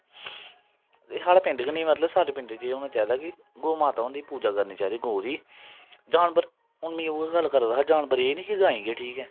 ते साढ़ा पिंड गै नेईं मतलब सारे पिंडें च एह् होना चाहिदा कि गौऽ माता हुंदी पूजा करनी चाहिदी गौऽ दी जानवर हून मिगी उ'ऐ गल्ल करा दा हा जानवर ऐ नेईं के गांई गै ठीक ऐ